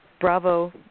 bravo